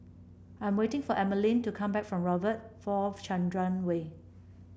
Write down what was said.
I am waiting for Emaline to come back from Robert V Chandran Way